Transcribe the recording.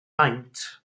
maint